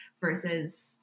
versus